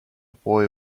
boy